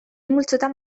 multzotan